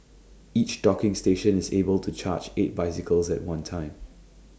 each docking station is able to charge eight bicycles at one time